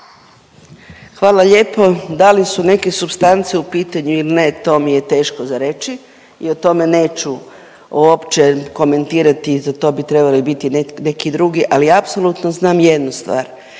Hvala lijepo. Da li su neke supstance u pitanju ili ne, to mi je teško za reći i o tome neću uopće komentirati. Za to bi trebali biti neki drugi. Ali apsolutno znam jednu stvar,